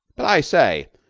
but, i say!